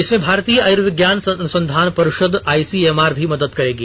इसमें भारतीय आयुर्विज्ञान अनुसंधान परिषद आईसीएमआर भी मदद करेगी